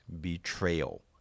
betrayal